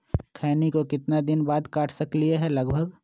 खैनी को कितना दिन बाद काट सकलिये है लगभग?